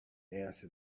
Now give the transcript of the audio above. answer